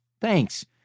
Thanks